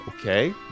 Okay